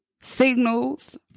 Signals